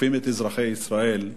תוקפים את אזרחי ישראל,